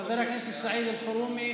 בואו נספור: חבר הכנסת סעיד אלחרומי,